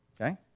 okay